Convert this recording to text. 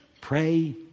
pray